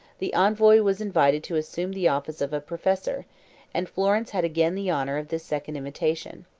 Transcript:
the envoy was invited to assume the office of a professor and florence had again the honor of this second invitation.